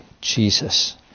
Jesus